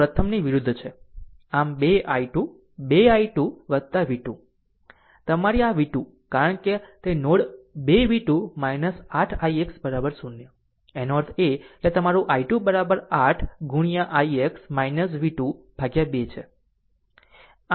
આમ2 i2 2 i2 v2 તમારી આ v 2 કારણ કે તે નોડ 2 v2 8 ix 0 એનો અર્થ એ કે તમારું i2 8 ગુણ્યા ix v2 ભાગ્યા 2 છે